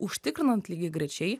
užtikrinant lygiagrečiai